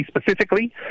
specifically